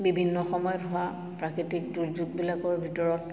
বিভিন্ন সময়ত হোৱা প্ৰাকৃতিক দুৰ্যোগবিলাকৰ ভিতৰত